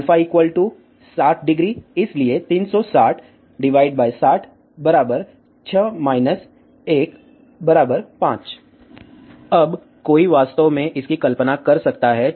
α 600 इसलिए 36060 6 1 5 अब कोई वास्तव में इसकी कल्पना कर सकता है